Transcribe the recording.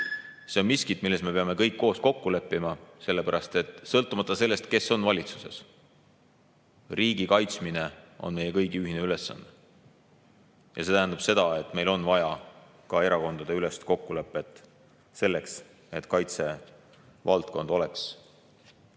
See on miski, milles me peame kõik koos kokku leppima, sellepärast et sõltumata sellest, kes on valitsuses, riigi kaitsmine on meie kõigi ühine ülesanne. Ja see tähendab seda, et meil on vaja ka erakondadeülest kokkulepet selleks, et kaitsevaldkond oleks